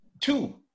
two